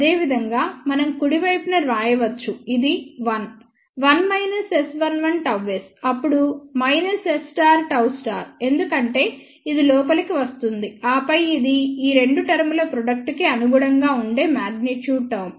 అదేవిధంగా మనం కుడి వైపున వ్రాయవచ్చు ఇది 1 1 S11 Γs అప్పుడు S Γ ఎందుకంటే ఇది లోపలికి వస్తుంది ఆపై ఇది ఈ రెండు టర్మ్ ల ప్రాడక్ట్ కి అనుగుణంగా ఉండే మాగ్నిట్యూడ్ టర్మ్